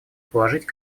положить